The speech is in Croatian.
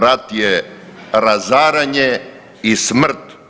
Rat je razaranje i smrt.